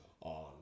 on